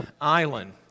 Island